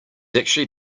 actually